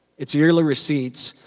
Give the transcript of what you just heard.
its yearly receipts,